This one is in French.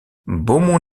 beaumont